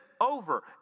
over